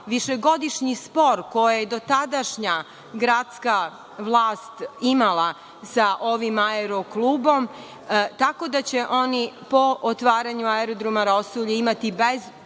višegodišnji spor koji je dotadašnja gradska vlast imala sa ovim aero-klubom, tako da će oni po otvaranju Aerodroma „Rosulje“ imati bezbedne